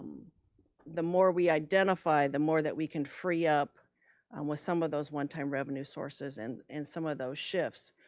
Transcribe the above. the more we identify the more that we can free up um with some of those one time revenue sources and and some of those shifts,